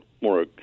more